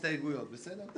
ההסתייגויות, בסדר?